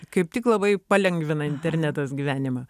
kaip tik labai palengvina internetas gyvenimą